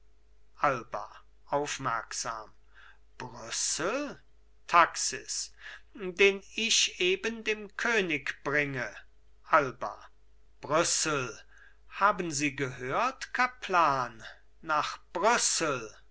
alba aufmerksam brüssel taxis den ich eben dem könig bringe alba brüssel haben sie gehört kaplan nach brüssel